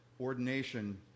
ordination